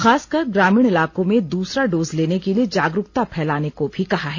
खासकर ग्रामीण इलाकों में दूसरा डोज लेने के लिए जागरूकता फैलाने को भी कहा है